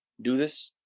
do this,